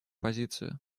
позицию